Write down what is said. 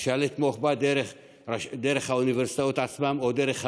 אפשר לתמוך בה דרך האוניברסיטאות עצמן או דרך המל"ג,